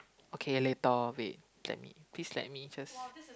okay later wait let me please let me just